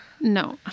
No